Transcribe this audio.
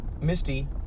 Misty